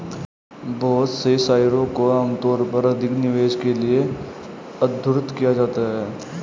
बहुत से शेयरों को आमतौर पर अधिक निवेश के लिये उद्धृत किया जाता है